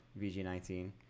VG19